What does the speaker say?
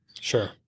Sure